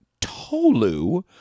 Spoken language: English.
tolu